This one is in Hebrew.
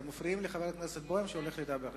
אתם מפריעים לחבר הכנסת בוים שהולך לדבר.